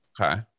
Okay